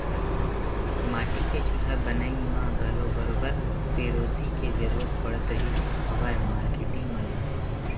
माटी के चूल्हा बनई म घलो बरोबर पेरोसी के जरुरत पड़त रिहिस हवय मारकेटिंग मन ल